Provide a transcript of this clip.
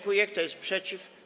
Kto jest przeciw?